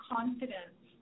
Confidence